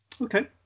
Okay